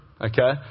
okay